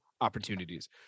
opportunities